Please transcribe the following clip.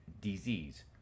disease